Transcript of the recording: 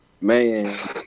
man